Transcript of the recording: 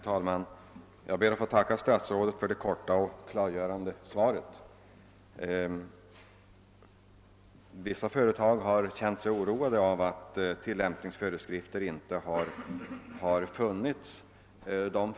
Herr talman! Jag ber att få tacka statsrådet för detta korta och klargörande svar. I vissa företag har man känt sig oroad för att det ännu inte har funnits några tillämpningsföreskrifter för det statliga transportstödet.